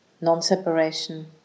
non-separation